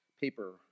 paper